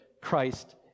Christ